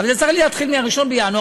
אבל זה צריך להתחיל ב-1 בינואר.